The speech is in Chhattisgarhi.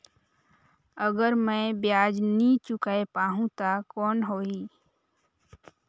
अगर मै ब्याज नी चुकाय पाहुं ता कौन हो ही?